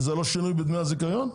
זה לא שינוי בדמי הזיכיון?